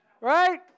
Right